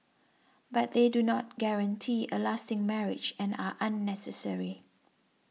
but they do not guarantee a lasting marriage and are unnecessary